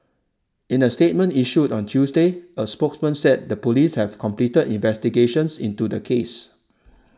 in a statement issued on Tuesday a spokesman said the police have completed investigations into the case